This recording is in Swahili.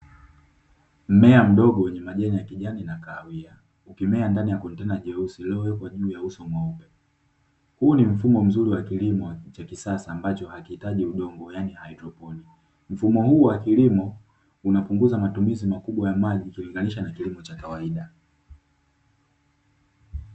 Mmea mdogo wenye majani ya kijani unaonekana ukimea ndani ya kontena jeusi iliyowekwa juu, huu ni mfumo mzuri wa kilimo cha kisasa ambacho hakihitaji udongo yaani hydroponi, mfumo huu wa kilimo unapunguza matumizi makubwa ya maji ukilinganisha na kilimo cha kawaida.